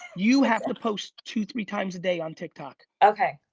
you have to post two, three times a day on tik tok okay,